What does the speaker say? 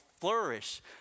flourish